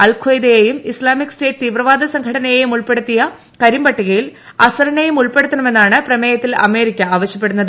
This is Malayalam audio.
അൽഖയ്ദയെയും ഇസ്ലാമിക് സ്റ്റേറ്റ് തീവ്രവാദ സംഘടനയെയും ഉൾപ്പെടുത്തിയ കരിമ്പട്ടികയിൽ അസറിനെയും ഉൾപ്പെടുത്തണമെന്നാണ് പ്രമേയത്തിൽ അമേരിക്ക ആവശ്യപ്പെടുന്നത്